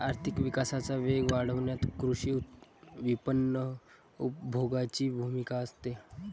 आर्थिक विकासाचा वेग वाढवण्यात कृषी विपणन उपभोगाची भूमिका असते